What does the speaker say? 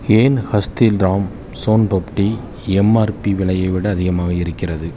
ஏன் ஹஸ்தில்ராம் சோன்பப்டி எம்ஆர்பி விலையை விட அதிகமாக இருக்கிறது